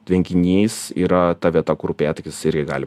tvenkinys yra ta vieta kur upėtakis irgi gali